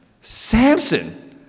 Samson